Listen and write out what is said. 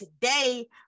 today